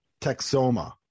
Texoma